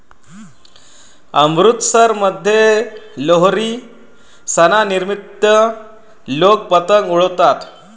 अमृतसरमध्ये लोहरी सणानिमित्त लोक पतंग उडवतात